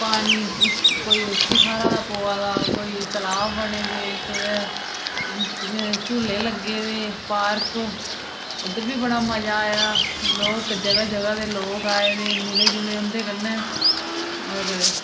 पानी कोई उच्ची थाह्रा दा पोआ दा कोई तलाऽ बने दे कुदै झूले लग्गे दे पार्क उद्धर बी बड़ा मज़ा आया लोग जगह जगह दे लोग आये दे मिले जुले उंदे कन्नै होर